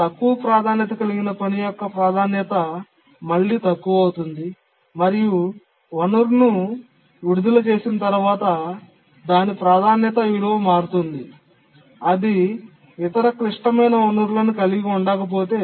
తక్కువ ప్రాధాన్యత కలిగిన పని యొక్క ప్రాధాన్యత మళ్ళీ తక్కువ అవుతుంది మరియు వనరును విడుదల చేసిన తర్వాత దాని ప్రాధాన్యత విలువ మారుతుంది అది ఇతర క్లిష్టమైన వనరులను కలిగి ఉండకపోతే